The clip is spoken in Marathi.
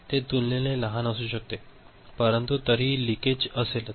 ते तुलनेने लहान असू शकते परंतु तरीही ते लिकेज असेलच